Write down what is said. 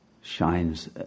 shines